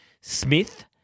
Smith